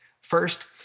First